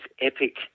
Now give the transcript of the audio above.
epic